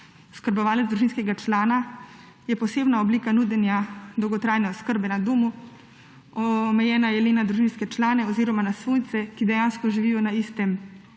Oskrbovalec družinskega člana je posebna oblika nudenja dolgotrajne oskrbe na domu. Omejena je le na družinske člane oziroma na svojce, ki dejansko živijo na istem naslovu.